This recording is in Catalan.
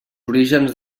orígens